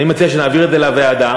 אני מציע שנעביר את זה לוועדה,